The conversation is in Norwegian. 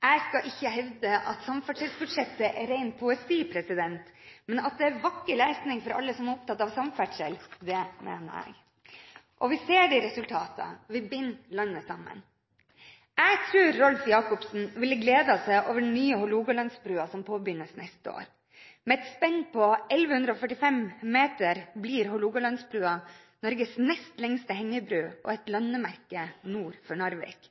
Jeg skal ikke hevde at samferdselsbudsjettet er ren poesi, men at det er vakker lesning for alle som er opptatt av samferdsel, det mener jeg. Vi ser det i resultatene – vi binder landet sammen. Jeg tror Rolf Jacobsen ville gledet seg over den nye Hålogalandsbrua som påbegynnes neste år. Med et spenn på 1 145 meter blir Hålogalandsbrua Norges nest lengste hengebru og et landemerke nord for Narvik.